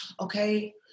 okay